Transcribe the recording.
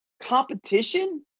Competition